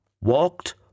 walked